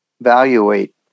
evaluate